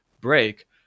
break